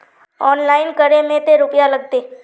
Online करे में ते रुपया लगते?